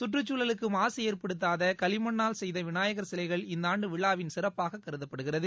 சுற்றுச்சூழலுக்கு மாசு ஏற்படுத்தாத களிமண்ணால் செய்த விநாயகர் சிலைகள் இந்தாண்டு விழாவின் சிறப்பாக கருதப்படுகிறது